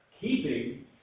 Keeping